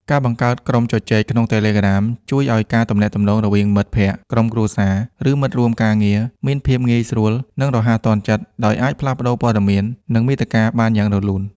ការបង្កើតក្រុមជជែកក្នុង Telegram ជួយឲ្យការទំនាក់ទំនងរវាងមិត្តភក្តិ ក្រុមគ្រួសារ ឬមិត្តរួមការងារមានភាពងាយស្រួល និងរហ័សទាន់ចិត្ត ដោយអាចផ្លាស់ប្តូរព័ត៌មាន និងមាតិកាបានយ៉ាងរលូន។